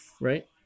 right